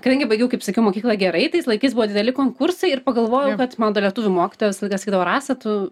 kadangi baigiau kaip sakiau mokyklą gerai tais laikais buvo dideli konkursai ir pagalvojau kad mano ta lietuvių mokytoja visą laiką sakydavo rasa tu